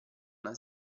una